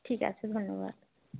ঠিক আছে ধন্যবাদ